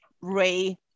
Ray